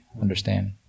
understand